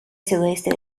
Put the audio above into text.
sudoeste